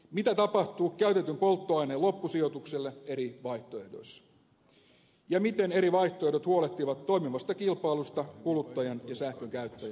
mitä tapahtuu käytetyn polttoaineen loppusijoitukselle eri vaihtoehdoissa ja miten eri vaihtoehdot huolehtivat toimivasta kilpailusta kuluttajan ja sähkönkäyttäjän eduksi